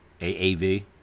AAV